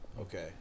Okay